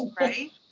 right